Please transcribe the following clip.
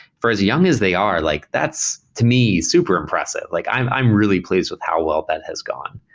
for as young as they are, like that's to me super impressive. like i'm i'm really pleased with how well that has gone.